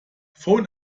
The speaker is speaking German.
von